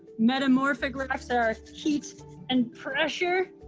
metamorphic rocks that are heat and pressure,